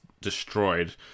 destroyed